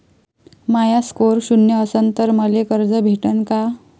माया score शून्य असन तर मले कर्ज भेटन का?